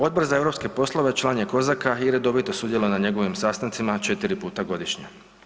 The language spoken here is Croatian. Odbor za europske poslove član je COSAC-a i redovito sudjeluje na njegovim sastancima 4 puta godišnje.